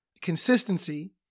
consistency